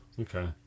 Okay